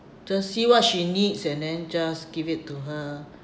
just see what she needs and then just give it to her